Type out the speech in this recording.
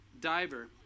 diver